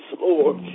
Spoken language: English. Lord